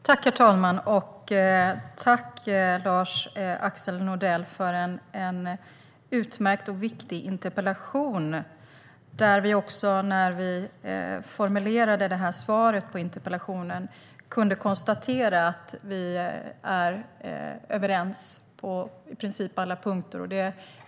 Herr talman! Jag tackar Lars-Axel Nordell för en utmärkt och viktig interpellation. När svaret på interpellationen formulerades kunde jag konstatera att vi är överens på i princip alla punkter.